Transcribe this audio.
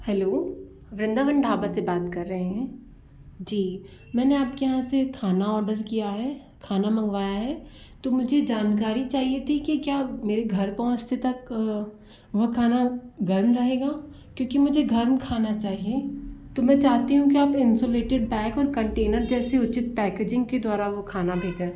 hello Vrindavan dhaba से बात कर रहे हैं जी मैंने आप के यहाँ से खाना ऑडर किया है खाना मंगवाया है तो मुझे जानकारी चाहिए थी कि क्या मेरे घर पहुंचते तक वह खाना गर्म रहेगा क्योंकि मुझे गर्म खाना चाहिए तो मैं चाहती हूँ कि आप इंसुलेटेड बैग और कंटेनर जैसे उचित पैकेजिंग के द्वारा वो खाना भेजा